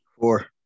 Four